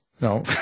no